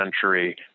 century